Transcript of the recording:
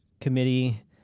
Committee